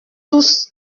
tous